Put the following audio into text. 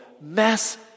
mess